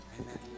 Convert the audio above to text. Amen